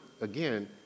again